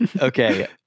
Okay